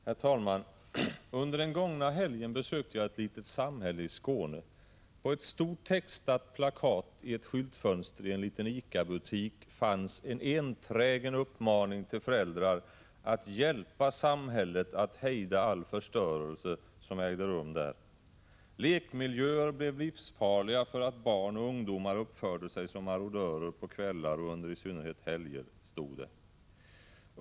Herr talman! Under den gångna helgen besökte jag ett litet samhälle i Skåne. På ett stort textat plakat i ett skyltfönster i en liten ICA-butik fanns en enträgen uppmaning till föräldrar att hjälpa samhället att hejda all förstörelse som ägde rum. Lekmiljöer blev livsfarliga för att barn och ungdomar uppförde sig som marodörer på kvällar och i synnerhet under helger, stod det.